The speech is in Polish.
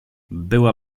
była